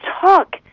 talk